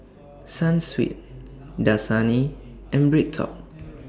Sunsweet Dasani and BreadTalk